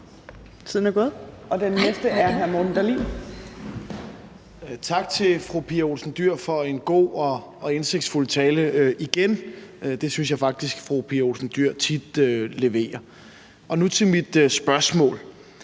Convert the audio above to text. Tak til fru Pia Olsen Dyhr for en god og indsigtsfuld tale – igen. Det synes jeg faktisk at fru Pia Olsen Dyhr tit leverer. Nu til mit spørgsmål: